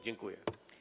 Dziękuję.